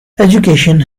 education